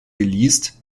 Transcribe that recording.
geleast